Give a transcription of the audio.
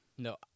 No